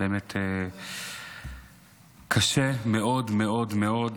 באמת קשה מאוד מאוד מאד.